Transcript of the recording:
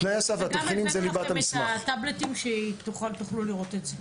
וגם הבאנו לכם את הטאבלטים כדי שתוכלו לראות את זה.